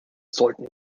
sollten